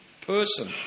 person